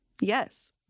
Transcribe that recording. yes